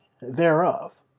thereof